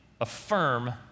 affirm